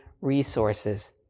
resources